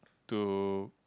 to